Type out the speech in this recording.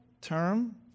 term